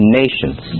nations